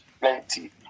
plenty